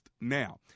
now